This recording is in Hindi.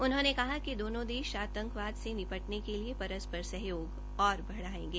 उन्होंने कहा कि दोनो देश आतंकवाद से निपटने के लिए परस्पर सहयोग और बढाएंगे